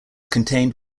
contained